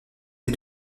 des